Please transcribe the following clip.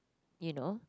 you know